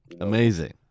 Amazing